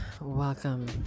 welcome